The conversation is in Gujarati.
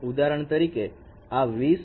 ઉદાહરણ તરીકે આ 20202020